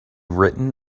written